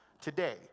today